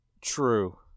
True